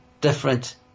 different